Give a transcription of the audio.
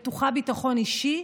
בטוחה בביטחון אישי,